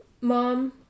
mom